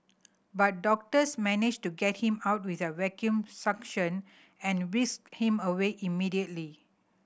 but doctors managed to get him out with a vacuum suction and whisked him away immediately